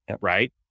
Right